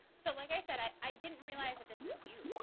so, like i said, i i didn't realize that this was you